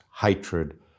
hatred